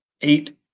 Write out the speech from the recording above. eight